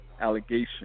Allegation